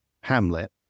Hamlet